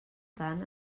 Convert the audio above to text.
tant